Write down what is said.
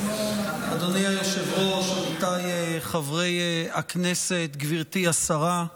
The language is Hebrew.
היושב-ראש, עמיתיי חברי הכנסת, גברתי השרה,